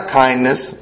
kindness